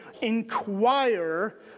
inquire